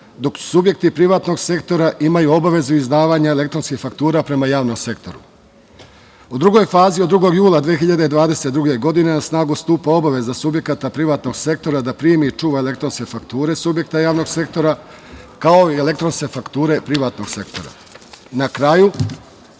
dok subjekti privatnog sektora imaju obavezu izdavanja elektronskih faktura prema javnom sektoru.U drugoj fazi od 2. jula 2022. godine na snagu stupa obaveza subjekata privatnog sektora da primi i čuva elektronske fakture subjekta javnog sektora, kao i elektronske fakture privatnog sektora. Na